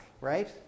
right